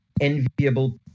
enviable